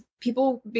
people